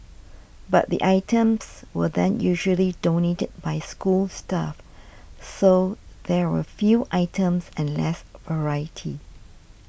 but the items were then usually donated by school staff so there were few items and less variety